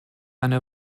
eine